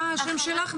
מה השם שלך?